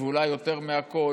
ואולי יותר מהכול,